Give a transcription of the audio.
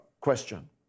question